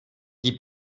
die